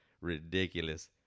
ridiculous